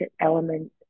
element